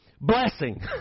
blessing